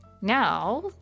now